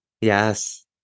Yes